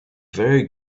very